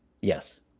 yes